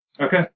Okay